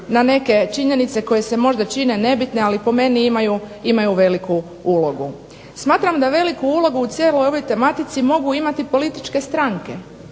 na neke činjenice koje se možda čine nebitne, ali po meni imaju veliku ulogu. Smatram da veliku ulogu u cijeloj ovoj tematici mogu imati političke stranke